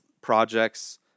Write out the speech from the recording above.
projects